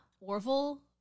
Orville